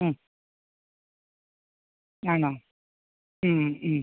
ആ ആണോ